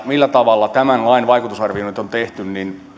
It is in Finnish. millä tavalla tämän lain vaikutusarvioinnit on tehty